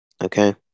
okay